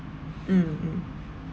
mm mm